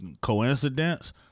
coincidence